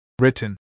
Written